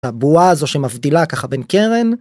הבועה הזו שמבדילה ככה בין קרן.